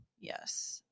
Yes